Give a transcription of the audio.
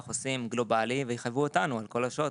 עושים גלובלי" ויחייבו אותנו על כל השעות,